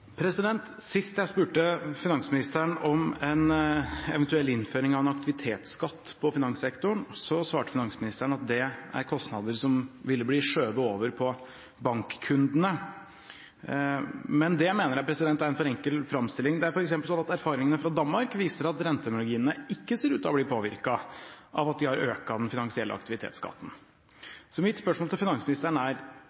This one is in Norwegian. Sist jeg spurte finansministeren om en eventuell innføring av en aktivitetsskatt på finanssektoren, svarte finansministeren at det er kostnader som ville bli skjøvet over på bankkundene. Men det mener jeg er en for enkel framstilling. Det er f.eks. sånn at erfaringene fra Danmark viser at rentemarginene ikke ser ut til å ha blitt påvirket av at de har økt den finansielle aktivitetsskatten.